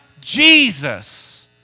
Jesus